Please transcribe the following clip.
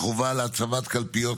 חבר הכנסת אבי מעוז, בבקשה.